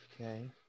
Okay